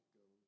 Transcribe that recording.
go